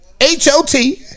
H-O-T